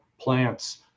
plants